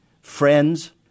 friends